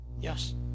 Yes